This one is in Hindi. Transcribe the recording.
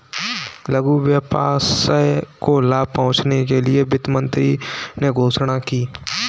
लघु व्यवसाय को लाभ पहुँचने के लिए वित्त मंत्री ने घोषणा की